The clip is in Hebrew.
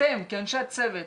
אתם כאנשי הצוות,